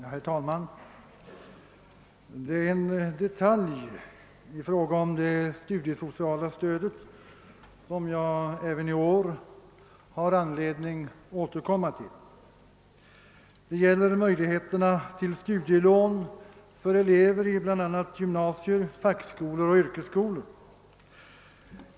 Herr talman! Det är en detalj i fråga om det studiesociala stödet som jag även i år har anledning att återkomma till, nämligen möjligheterna till studielån för elever i bl.a. gymnasier, fackskolor och yrkesskolor.